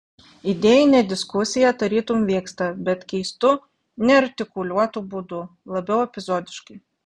idėjinė diskusija tarytum vyksta bet keistu neartikuliuotu būdu labiau epizodiškai